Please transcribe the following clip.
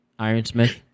Ironsmith